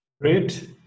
Great